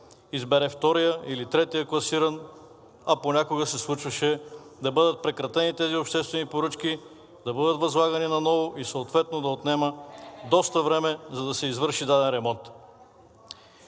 избере вторият или третият класиран, а понякога се случваше да бъдат прекратени тези обществени поръчки, да бъдат възлагани наново и съответно да отнема доста време, за да се извърши даден ремонт.